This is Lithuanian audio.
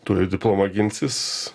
turi diplomą ginsis